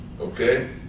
okay